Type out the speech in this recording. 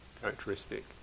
characteristic